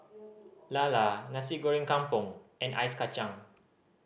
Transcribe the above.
lala Nasi Goreng Kampung and Ice Kachang